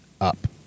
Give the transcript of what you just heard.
up